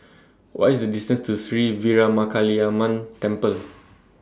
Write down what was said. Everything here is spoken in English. What IS The distance to Sri Veeramakaliamman Temple